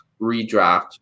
redraft